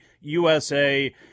USA